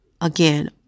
again